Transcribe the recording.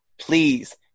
please